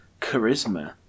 charisma